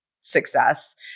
success